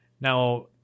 now